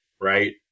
Right